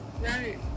right